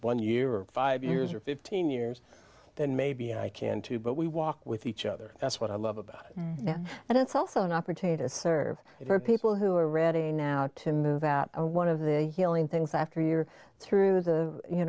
one year or five years or fifteen years then maybe i can too but we walk with each other that's what i love about and it's also an opportunity to serve for people who are ready now to move out one of the healing things after year through the you